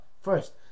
first